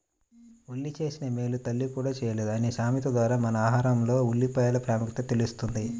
ఉల్లి చేసిన మేలు తల్లి కూడా చేయలేదు అనే సామెత ద్వారా మన ఆహారంలో ఉల్లిపాయల ప్రాముఖ్యత తెలుస్తుంది